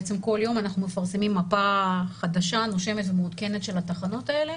כל יום אנחנו מפרסמים מפה חדשה נושמת ומעודכנת של התחנות האלה.